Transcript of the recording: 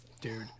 dude